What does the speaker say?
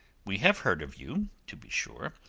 we have heard of you, to be sure,